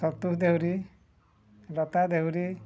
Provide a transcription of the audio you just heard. Santosh Dehuri Lata Dehury